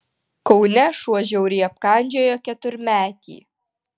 kaune šuo žiauriai apkandžiojo keturmetį